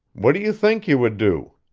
what do you think you would do?